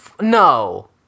No